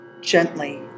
Gently